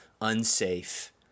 unsafe